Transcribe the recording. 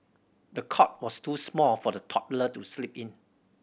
the cot was too small for the toddler to sleep in